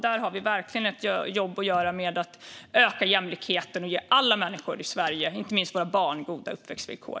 Där har vi verkligen ett jobb att göra med att öka jämlikheten och ge alla människor i Sverige, inte minst våra barn, goda uppväxtvillkor.